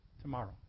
tomorrow